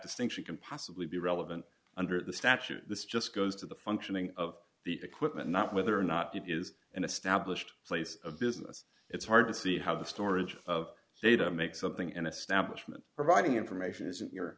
distinction can possibly be relevant under the statute this just goes to the functioning of the equipment not whether or not it is an established place of business it's hard to see how the storage of data makes something an establishment providing information isn't your